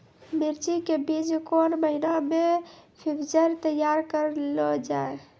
मिर्ची के बीज कौन महीना मे पिक्चर तैयार करऽ लो जा?